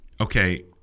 Okay